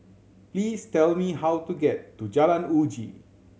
please tell me how to get to Jalan Uji